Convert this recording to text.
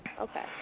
Okay